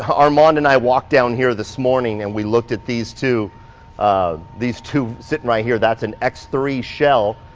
ah armand and i walked down here this morning and we looked at these two um these two sitting right here. that's an x three shell.